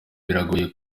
biragoye